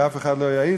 ואף אחד לא יעז,